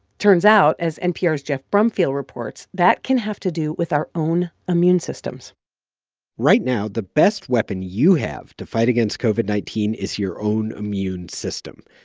turns out, as npr's geoff brumfiel reports, that can have to do with our own immune systems right now the best weapon you have to fight against covid nineteen is your own immune system.